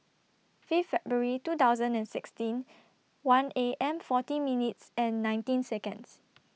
Fifth February two thousand and sixteen one A M forty minutes and nineteen Seconds